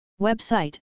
Website